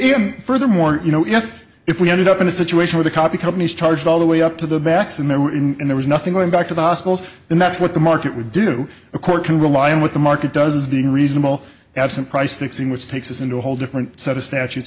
if furthermore you know if if we ended up in a situation where the copy companies charge all the way up to the backs and they were in there was nothing going back to the hospitals and that's what the market would do a court can rely on what the market does is being reasonable absent price fixing which takes us into a whole different set of statutes